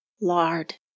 lard